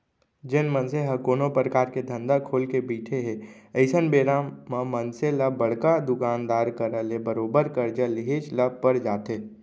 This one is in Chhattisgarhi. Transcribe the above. जेन मनसे ह कोनो परकार के धंधा खोलके बइठे हे अइसन बेरा म मनसे ल बड़का दुकानदार करा ले बरोबर करजा लेहेच ल पर जाथे